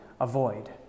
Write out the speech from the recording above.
avoid